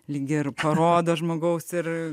lygi ir parodo žmogaus ir